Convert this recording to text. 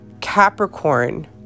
capricorn